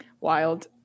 Wild